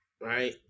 Right